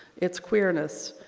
its queerness.